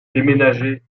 déménager